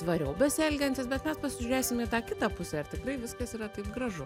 tvariau besielgiantys bet mes pasižiūrėsim į tą kitą pusę ar tikrai viskas yra taip gražu